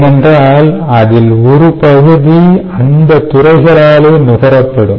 ஏனென்றால் அதில் ஒரு பகுதி அந்த துறைகளாலே நுகரப்படும்